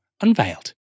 unveiled